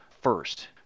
first